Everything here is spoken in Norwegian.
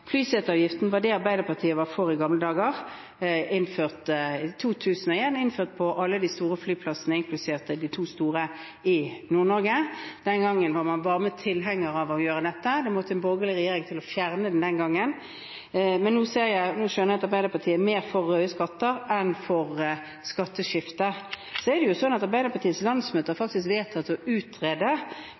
alle de store flyplassene, inkludert de to store i Nord-Norge. Den gangen var man varmt tilhengere av å gjøre dette. Det måtte en borgerlig regjering til for å fjerne den den gangen, men nå skjønner jeg at Arbeiderpartiet er mer for røde skatter enn de er for et skatteskifte. Arbeiderpartiets landsmøte har faktisk vedtatt å utrede